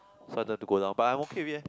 sudden to go down but I won't feel it eh